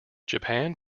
japan